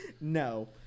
No